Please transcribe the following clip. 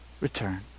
Return